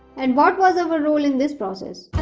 and what was our role in this process?